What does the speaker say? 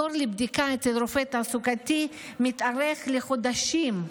התור לבדיקה אצל רופא תעסוקתי מתארך לחודשים.